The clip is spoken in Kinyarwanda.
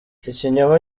ikinyoma